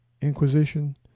Inquisition